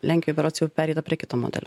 lenkijoj berods jau pereita prie kito modelio